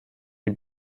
die